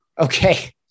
Okay